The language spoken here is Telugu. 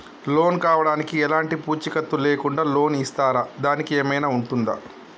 లోన్ కావడానికి ఎలాంటి పూచీకత్తు లేకుండా లోన్ ఇస్తారా దానికి ఏమైనా ఉంటుందా?